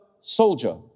soldier